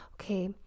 okay